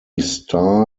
starr